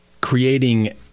Creating